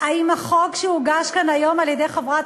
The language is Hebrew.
אם החוק שהוגש כאן היום על-ידי חברת